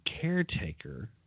caretaker